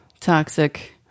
toxic